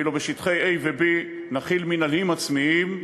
ואילו בשטחי A ו-B נחיל מינהלים עצמיים,